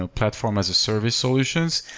ah platform as a service solutions.